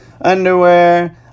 underwear